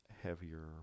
heavier